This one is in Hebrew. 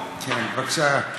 בבקשה.